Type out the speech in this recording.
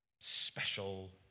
special